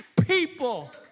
people